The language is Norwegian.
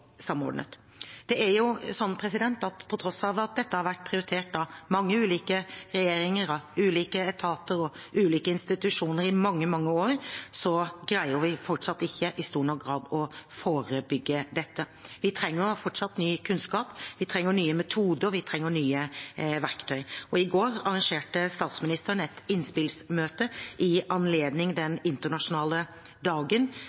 samordnet. Det er sånn at på tross av at dette har vært prioritert av mange ulike regjeringer, av ulike etater og ulike institusjoner i mange, mange år, greier vi fortsatt ikke i stor nok grad å forebygge dette. Vi trenger fortsatt ny kunnskap, vi trenger nye metoder, vi trenger nye verktøy. I går arrangerte statsministeren et innspillsmøte i anledning den internasjonale dagen